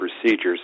procedures